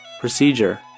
Procedure